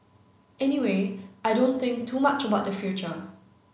anyway I don't think too much about the future